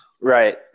Right